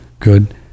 good